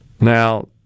Now